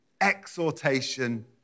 exhortation